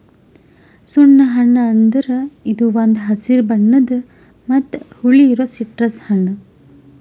ಸುಣ್ಣ ಹಣ್ಣ ಅಂದುರ್ ಇದು ಒಂದ್ ಹಸಿರು ಬಣ್ಣದ್ ಮತ್ತ ಹುಳಿ ಇರೋ ಸಿಟ್ರಸ್ ಹಣ್ಣ